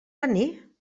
venir